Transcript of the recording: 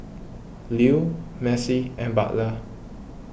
Lew Mercy and Butler